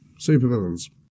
supervillains